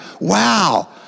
wow